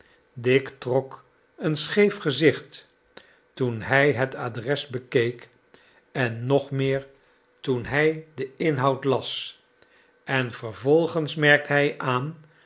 dick trok een scheef gezicht toen hij het adres bekeek en nog meer toen hij den inhoud las en vervolgens merkte hij aan